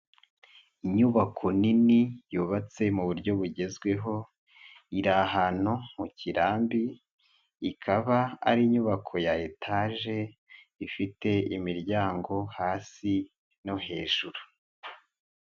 Inyubako nini yubatse mu buryo bugezweho, iri ahantu mu kirambi, ikaba ari inyubako ya etage ifite imiryango hasi no hejuru.